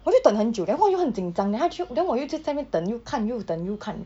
我就等很久 then 侯又很紧张 then 他就 then 我又就在那边等又看又等又看